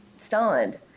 stunned